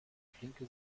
flinke